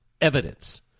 evidence